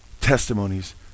Testimonies